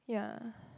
yeah